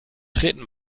treten